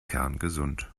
kerngesund